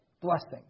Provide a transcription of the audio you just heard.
blessings